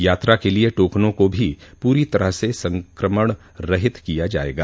यात्रा के लिए टोकनों को भी पूरी तरह से संकमणरहित किया जायेगा